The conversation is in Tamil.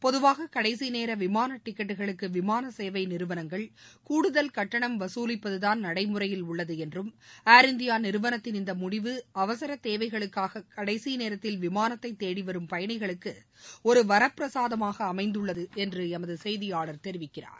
பொதுவாக கடைசி நேர விமான டிக்கெட்டுகளுக்கு விமான சேவை நிறுவனங்கள் கூடுதல் கட்டணம் வசூலிப்பதுதாள் நடைமுறையில் உள்ளது என்றும் ஏர் இந்தியா நிறுவனத்தின் இந்த முடிவு அவசர தேவைகளுக்காக கடைசி நேத்தில் விமானத்தை தேடி வரும் பயணிகளுக்கு இந்த கட்டண சலுகை ஒரு வரப்பிரசாதமாக அமைந்துள்ளது என்று எமது செய்தியாளர் தெரிவிக்கிறார